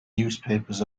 newspapers